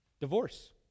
divorce